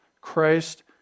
Christ